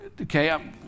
okay